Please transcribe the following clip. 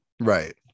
Right